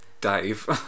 Dave